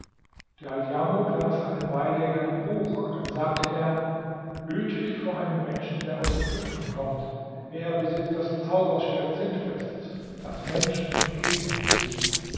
djaldjamuk las eine weile in einem buch dann sagte er hüte dich vor einem menschen der aus ägypten kommt er besitzt das zauberschwert sintbests das menschen und genien besiegt